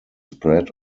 spread